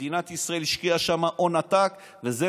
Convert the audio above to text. מדינת ישראל השקיעה שם הון עתק וזה